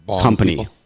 company